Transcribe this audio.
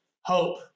hope